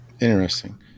Interesting